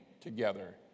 together